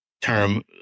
term